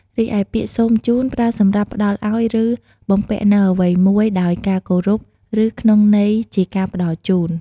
រីឯពាក្យ សូមជូន ប្រើសម្រាប់ផ្តល់ឲ្យ ឬបំពាក់នូវអ្វីមួយដោយការគោរព ឬក្នុងន័យជាការផ្តល់ជូន។